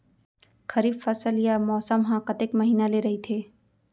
खरीफ फसल या मौसम हा कतेक महिना ले रहिथे?